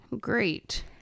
Great